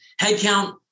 Headcount